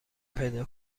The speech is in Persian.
پیدا